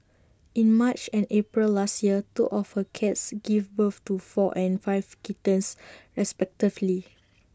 in March and April last year two of her cats give birth to four and five kittens respectively